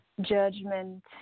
judgment